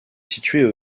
située